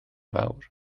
fawr